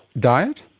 diet?